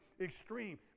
extreme